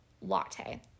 latte